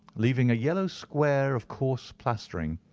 leaving a yellow square of coarse plastering.